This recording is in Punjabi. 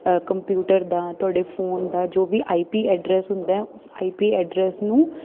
ਕੰਪਿਊਟਰ ਦਾ ਤੁਹਾਡੇ ਫੋਨ ਦਾ ਜੋ ਵੀ ਆਈਪੀ ਐਡਰੈਸ ਹੁੰਦਾ ਉਸ ਆਈਪੀ ਐਡਰੈਸ ਨੂੰ